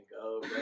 go